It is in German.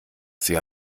sie